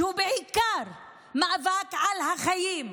שהוא בעיקר מאבק על החיים.